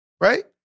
Right